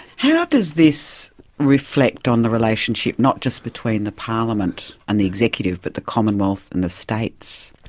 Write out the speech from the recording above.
how does this reflect on the relationship not just between the parliament and the executive but the commonwealth and the states?